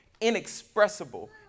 inexpressible